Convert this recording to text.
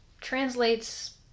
translates